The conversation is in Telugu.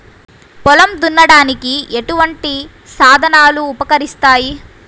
పొలం దున్నడానికి ఎటువంటి సాధనాలు ఉపకరిస్తాయి?